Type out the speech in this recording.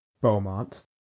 Beaumont